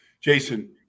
Jason